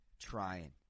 trying